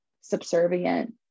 subservient